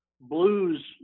blues